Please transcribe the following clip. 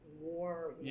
war